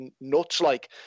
nuts-like